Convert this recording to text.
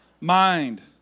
Mind